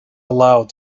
allowed